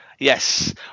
Yes